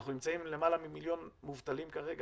אנחנו נמצאים עם למעלה ממיליון מובטלים כרגע,